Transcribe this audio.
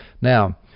Now